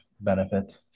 benefit